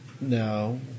No